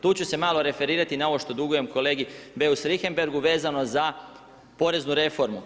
Tu ću se malo referirati na ovo što dugujem kolegi Beus Richemberghu vezano za poreznu reformu.